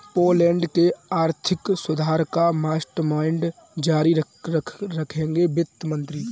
Poland के आर्थिक सुधार का मास्टरमाइंड जारी रखेंगे वित्त मंत्री